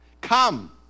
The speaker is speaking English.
come